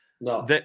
No